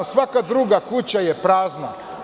Svaka druga kuća je prazna.